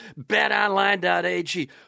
betonline.ag